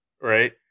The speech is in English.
right